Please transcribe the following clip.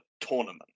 tournament